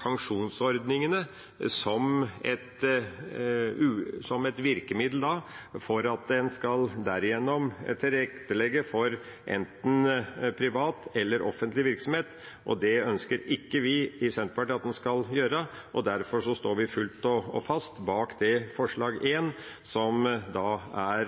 pensjonsordningene som et virkemiddel for å tilrettelegge for enten privat eller offentlig virksomhet. Det ønsker ikke vi i Senterpartiet at man skal gjøre. Derfor står vi fullt og helt bak forslag nr. 1, som er